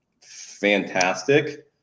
fantastic